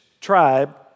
tribe